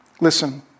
Listen